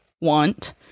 want